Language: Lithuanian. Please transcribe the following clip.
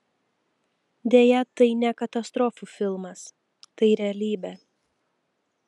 deja tai ne katastrofų filmas tai realybė